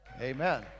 amen